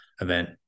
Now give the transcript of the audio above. event